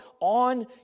on